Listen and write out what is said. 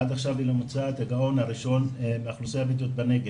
עד עכשיו היא לא מצאה את הגאון הראשון מהאוכלוסייה הבדואית בנגב.